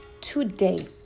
today